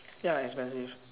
ya expensive